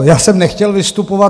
Já jsem nechtěl vystupovat.